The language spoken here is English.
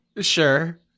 Sure